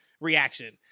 reaction